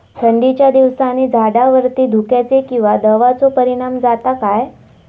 थंडीच्या दिवसानी झाडावरती धुक्याचे किंवा दवाचो परिणाम जाता काय?